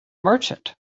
merchant